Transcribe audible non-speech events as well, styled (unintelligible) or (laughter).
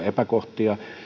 (unintelligible) epäkohtia